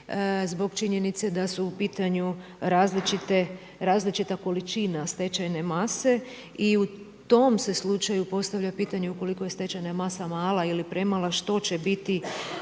zbog činjenice da su u pitanju različite, različita količina stečajne mase i u tom se slučaju postavlja pitanje ukoliko je stečajna masa mala ili premala što će biti